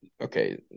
Okay